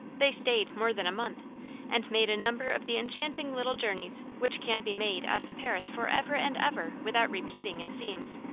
they stayed more than a month and made a number of the enchanting little journeys which can be made out of paris forever and ever without repeating, it seems.